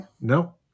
No